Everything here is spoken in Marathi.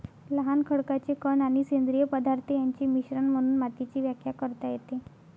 लहान खडकाचे कण आणि सेंद्रिय पदार्थ यांचे मिश्रण म्हणून मातीची व्याख्या करता येते